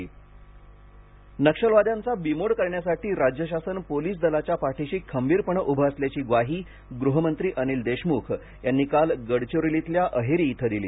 अनिल देशमुख नक्षलवादी नक्षलवाद्यांचा बीमोड करण्यासाठी राज्य शासन पोलीस दलाच्या पाठीशी खंबीरपणे उभं असल्याची ग्वाही गृहमंत्री अनिल देशमुख यांनी काल गडचिरोलीतल्या अहेरी इथं दिली